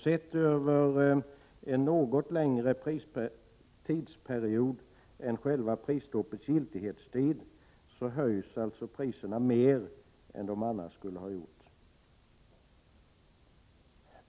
Sett över en något längre tidsperiod än själva prisstoppets giltighet höjs alltså priserna mer än de annars skulle ha gjort.